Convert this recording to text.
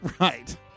Right